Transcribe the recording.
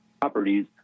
properties